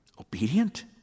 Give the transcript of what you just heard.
Obedient